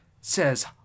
says